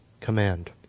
command